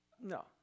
No